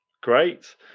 Great